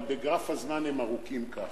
אבל בגרף הזמן הם ארוכים ככה,